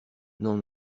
non